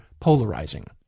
polarizing